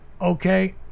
okay